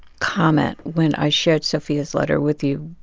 comment when i shared sophia's letter with you.